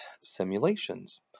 simulations